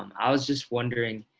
i was just wondering,